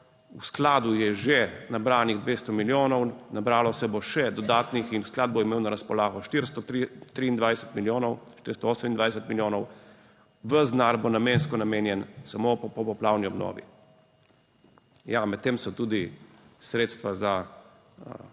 V skladu je že nabranih 200 milijonov, nabralo se bo še dodatnih in sklad bo imel na razpolago 423 milijonov, 428 milijonov. Ves denar bo namensko namenjen samo poplavni obnovi. Ja, med tem so tudi sredstva za